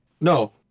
No